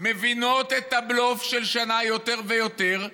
מבינות את הבלוף של שנה יותר ויותר,